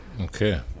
okay